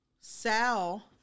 Sal